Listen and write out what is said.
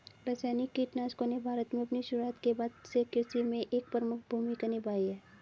रासायनिक कीटनाशकों ने भारत में अपनी शुरुआत के बाद से कृषि में एक प्रमुख भूमिका निभाई है